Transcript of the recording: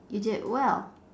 you did well